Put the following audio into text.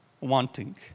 wanting